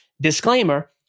Disclaimer